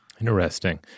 Interesting